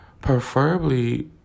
preferably